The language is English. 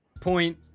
Point